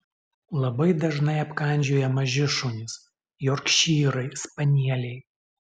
labai dažnai apkandžioja maži šunys jorkšyrai spanieliai